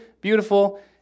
Beautiful